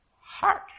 heart